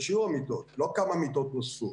לא כמה מיטות נוספו,